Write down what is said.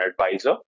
advisor